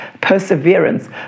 perseverance